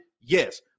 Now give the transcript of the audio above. Yes